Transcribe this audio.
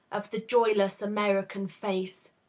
of the joyless american face.